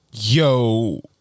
Yo